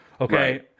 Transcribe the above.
Okay